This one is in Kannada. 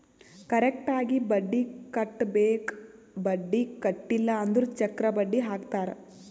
ಕರೆಕ್ಟ್ ಆಗಿ ಬಡ್ಡಿ ಕಟ್ಟಬೇಕ್ ಬಡ್ಡಿ ಕಟ್ಟಿಲ್ಲ ಅಂದುರ್ ಚಕ್ರ ಬಡ್ಡಿ ಹಾಕ್ತಾರ್